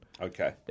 okay